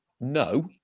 No